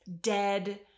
dead